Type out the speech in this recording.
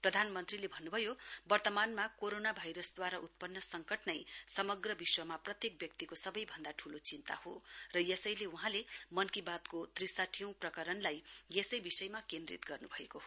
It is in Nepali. प्रधान मन्त्रीले भन्नुभयो वर्तमानमा कोरोना भाइरसद्वारा उत्पन्न संकट नै समग्र विश्वमा प्रत्येक व्यक्तिको सवैभन्दा ठूलो चिन्ता हो र यसैले वहाँले मन की बात को त्रिसाठी औं प्रकरणलाई यसै विषयमा केन्द्रित गर्नुभएको हो